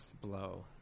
Blow